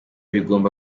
bigomba